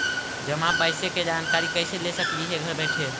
जमा पैसे के जानकारी कैसे ले सकली हे घर बैठे?